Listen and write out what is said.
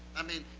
i mean,